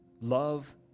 love